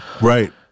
Right